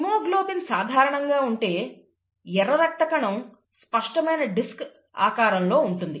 haemoglobin సాధారణంగా ఉంటే ఎర్ర రక్త కణం స్పష్టమైన డిస్క్ ఆకారంలో ఉంటుంది